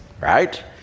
right